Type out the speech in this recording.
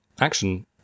action